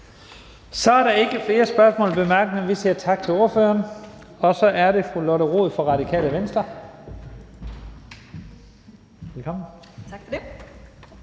Så er der ikke flere spørgsmål og korte bemærkninger. Vi siger tak til ordføreren. Så er det fru Lotte Rod, Radikale Venstre. Velkommen. Kl.